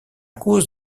cause